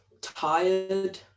tired